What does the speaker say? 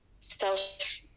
self